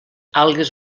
algues